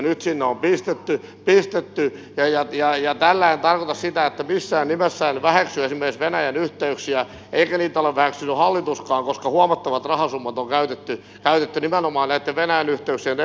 tällä en tarkoita missään nimessä sitä että väheksyn esimerkiksi venäjän yhteyksiä eikä niitä ole väheksynyt hallituskaan koska huomattavat rahasummat on käytetty nimenomaan näitten venäjän yhteyksien edistämiseen